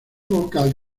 vocal